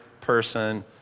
person